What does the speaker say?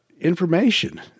information